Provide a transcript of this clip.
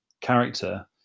character